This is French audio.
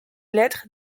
lettres